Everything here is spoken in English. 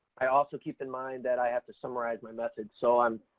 i also keep in mind that i have to summarize my method, so i'm,